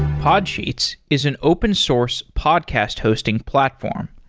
podsheets is an open source podcast hosting platform.